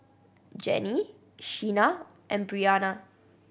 Jenni Sheena and Breanna